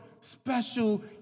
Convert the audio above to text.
special